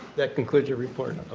concludes your report?